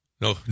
No